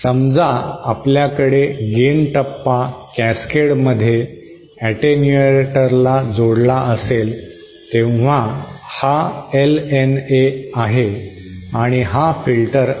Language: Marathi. समजा आपल्याकडे गेन टप्पा कॅसकेडमध्ये ऍटेन्युएटरला जोडला असेल तेव्हा हा LNA आहे आणि हा फिल्टर आहे